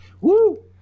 Woo